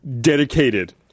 dedicated